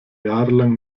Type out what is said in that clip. jahrelang